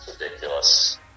ridiculous